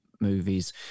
movies